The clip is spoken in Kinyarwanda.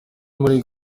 muri